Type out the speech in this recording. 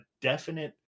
definite